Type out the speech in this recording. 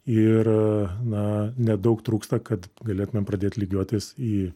ir na nedaug trūksta kad galėtumėm pradėt lygiuotis į